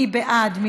מי בעד?